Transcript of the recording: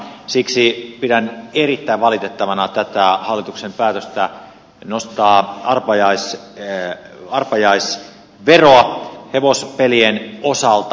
siksi pidän erittäin valitettavana tätä hallituksen päätöstä nostaa arpajaisveroa hevospelien osalta